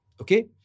Okay